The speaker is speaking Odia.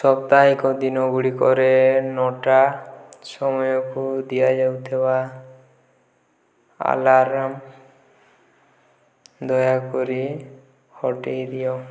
ସାପ୍ତାହିକ ଦିନ ଗୁଡ଼ିକରେ ନଅଟା ସମୟକୁ ଦିଆଯାଉଥିବା ଆଲାର୍ମ ଦୟାକରି ହଟାଇ ଦିଅ